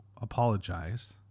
apologize